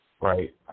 Right